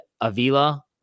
Avila